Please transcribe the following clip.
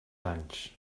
anys